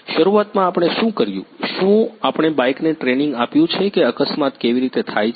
શરૂઆતમાં આપણે શું કર્યું શું આપણે બાઇકને ટ્રેનિંગ આપ્યું છે કે અકસ્માત કેવી રીતે થાય છે